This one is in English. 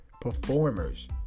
performers